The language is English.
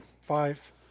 five